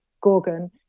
Gorgon